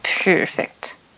Perfect